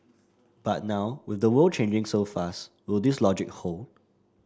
but now with the world changing so fast will this logic hold